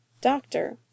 doctor